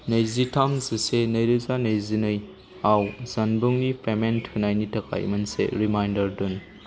नैजिथाम जिसे नैरोजा नैजिनैआव जानबुंनि पेमेन्ट होनायनि थाखाय मोनसे रिमाइन्डार दोन